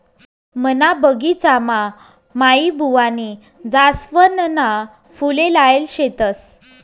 मना बगिचामा माईबुवानी जासवनना फुले लायेल शेतस